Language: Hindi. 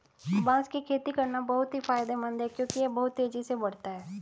बांस की खेती करना बहुत ही फायदेमंद है क्योंकि यह बहुत तेजी से बढ़ता है